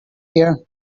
here